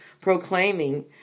proclaiming